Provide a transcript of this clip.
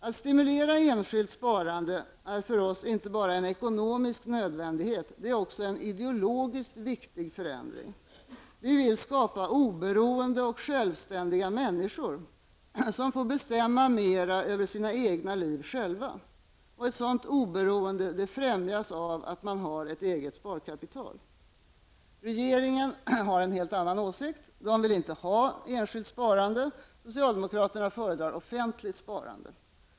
Att stimulera enskilt sparande är för oss inte bara en ekonomisk nödvändighet -- det är också en ideologiskt viktig förändring. Vi vill skapa oberoende och självständiga människor, som själva får bestämma mer över sina egna liv. Ett sådant oberoende främjas av ett eget sparkapital. Regeringen har emellertid en helt annan åsikt. Regeringen vill inte ha enskilt sparande. Socialdemokraterna föredrar offentligt sparande.